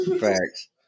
Facts